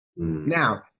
Now